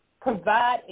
provide